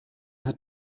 hat